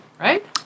right